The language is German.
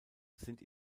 sind